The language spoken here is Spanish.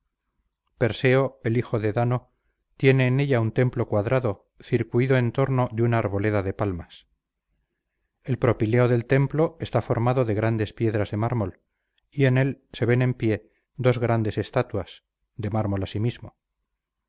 perseo el hijo de dano tiene en ella un templo cuadrado circuido en torno de una arboleda de palmas el propileo del templo está formado de grandes piedras de mármol y en él se ven en pié dos grandes estatuas de mármol asimismo